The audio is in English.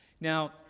Now